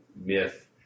myth